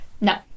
No